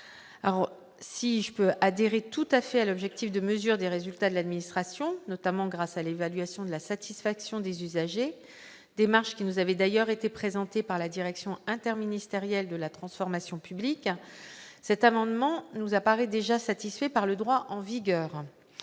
Si j'adhère tout à fait à l'objectif de mesure des résultats de l'administration, notamment grâce à l'évaluation de la satisfaction des usagers- démarche qui nous avait d'ailleurs été présentée par la direction interministérielle de la transformation publique -, cet amendement m'apparaît satisfait par le droit en vigueur.